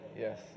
Yes